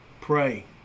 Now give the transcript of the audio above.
Pray